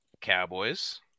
Cowboys